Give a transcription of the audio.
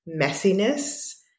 messiness